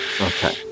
Okay